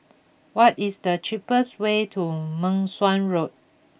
what is the cheapest way to Meng Suan Road